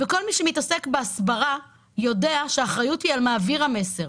כל מי שמתעסק בהסברה יודע שהאחריות היא על מעביר המסר.